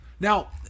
Now